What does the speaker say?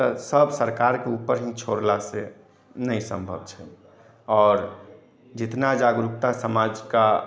तऽ सभ सरकारके ऊपर ही छोड़लासँ नहि सम्भव छै आओर जितना जागरुकता समाज का